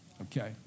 Okay